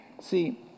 See